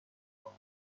خواهد